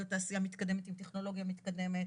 תעשייה מתקדמת עם טכנולוגיה מתקדמת.